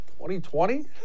2020